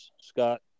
Scott